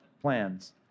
plans